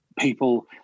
people